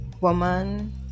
woman